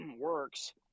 works